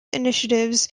initiatives